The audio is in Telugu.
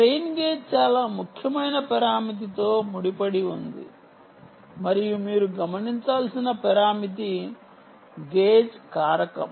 స్ట్రెయిన్ గేజ్ చాలా ముఖ్యమైన పరామితితో ముడిపడి ఉంది మరియు మీరు గమనించాల్సిన పరామితి గేజ్ కారకం